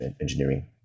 Engineering